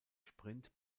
sprint